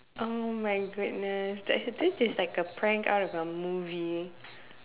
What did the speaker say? oh my goodness that sentence is like a prank out of a movie